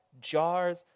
jars